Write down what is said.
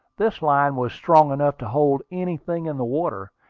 this line was strong enough to hold anything in the water,